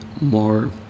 more